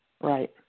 Right